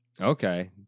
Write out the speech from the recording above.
Okay